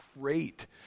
great